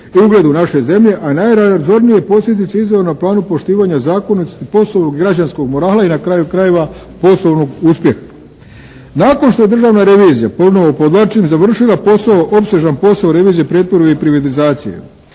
i ugledu naše zemlje a …/Govornik se ne razumije./… na planu poštivanja …/Govornik se ne razumije./… građanskog morala i na kraju krajeva poslovnog uspjeha. Nakon što je Državna revizija, ponovno podvlačim, završila posao, opsežan posao revizije pretvorbe i privatizacije